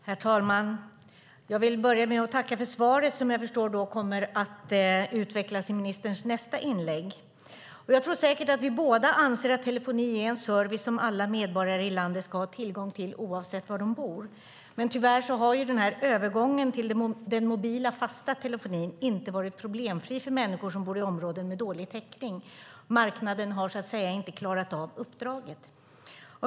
Herr talman! Jag vill börja med att tacka för svaret, som jag förstår kommer att utvecklas i ministerns nästa inlägg. Jag tror säkert att vi båda anser att telefonin är en service som alla medborgare i landet ska ha tillgång till oavsett var de bor. Men tyvärr har övergången till den mobila fasta telefonin inte varit problemfri för människor som bor i områden med dålig täckning. Marknaden har så att säga inte klarat av uppdraget.